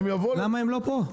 למה הם לא פה?